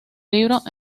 libros